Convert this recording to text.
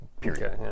period